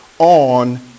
on